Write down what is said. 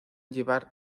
llevar